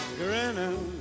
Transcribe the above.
grinning